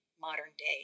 modern-day